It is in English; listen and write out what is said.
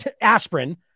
aspirin